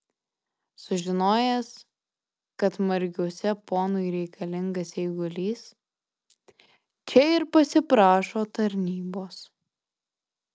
sužinojęs kad margiuose ponui reikalingas eigulys čia ir pasiprašo tarnybos